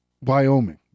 Wyoming